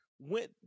went